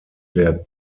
der